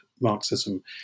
Marxism